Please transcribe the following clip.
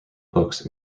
books